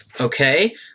Okay